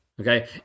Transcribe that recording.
Okay